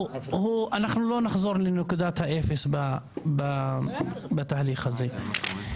אנחנו לא נחזור לנקודת האפס בתהליך הזה.